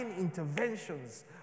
interventions